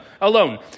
Alone